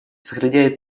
сохраняет